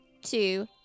two